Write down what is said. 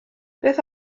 beth